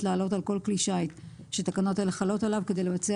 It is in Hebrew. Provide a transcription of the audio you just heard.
לעלות על כל כלי שיט שתקנות אלה חלות עליו כדי לבצע